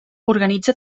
organitza